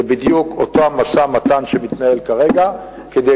זה בדיוק אותו המשא-ומתן שמתנהל כרגע כדי